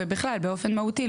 ובכלל באופן מהותי,